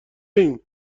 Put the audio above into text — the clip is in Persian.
ایم